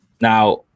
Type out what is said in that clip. Now